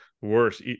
worse